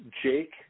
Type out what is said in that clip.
Jake